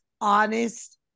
honest